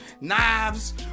knives